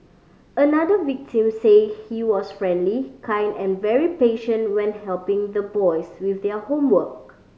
another victim said he was friendly kind and very patient when helping the boys with their homework